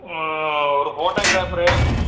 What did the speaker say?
ஒரு ஃபோட்டோகிராஃபரு